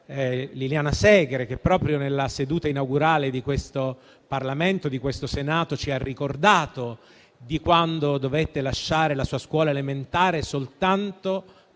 Liliana Segre, che proprio nella seduta inaugurale di questo Senato ci ha ricordato quando dovette lasciare la sua scuola elementare soltanto